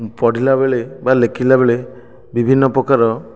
ପଢ଼ିଲା ବେଳେ ବା ଲେଖିଲା ବେଳେ ବିଭିନ୍ନ ପ୍ରକାର